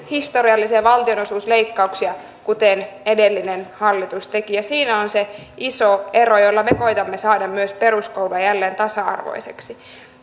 historiallisia valtion osuusleikkauksia kuten edellinen hallitus teki siinä on se iso ero jolla me koetamme saada myös peruskoulua jälleen tasa arvoiseksi